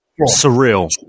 Surreal